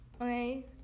Okay